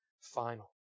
final